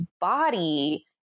body